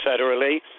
federally